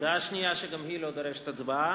הודעה שנייה, שגם היא לא דורשת הצבעה: